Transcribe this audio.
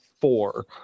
Four